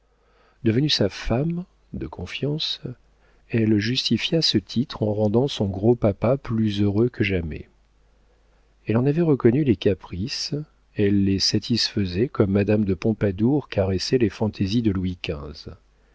devenue sa femme de confiance elle justifia ce titre en rendant son gros papa plus heureux que jamais elle en avait reconnu les caprices elle les satisfaisait comme madame de pompadour caressait les fantaisies de louis